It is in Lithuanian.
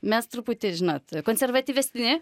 mes truputį žinot konservatyvesni